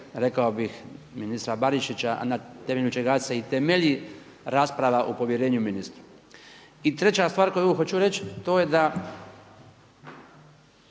rekao bih ministra Barišića, a na temelju čega se i temelji rasprava o povjerenju ministru. I treća stvar koju hoću reći, to je da